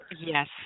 yes